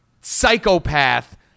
psychopath